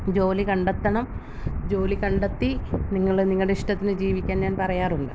ജോലി കണ്ടെത്തണം ജോലി കണ്ടെത്തി നിങ്ങള് നിങ്ങടെ ഇഷ്ടത്തിന് ജീവിക്കാൻ ഞാൻ പറയാറുണ്ട്